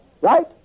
right